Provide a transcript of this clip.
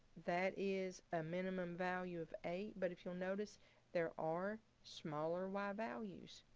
that is a minimum value of eight, but if you'll notice there are smaller y values.